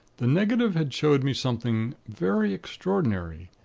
the negative had showed me something very extraordinary,